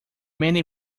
many